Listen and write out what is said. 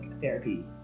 therapy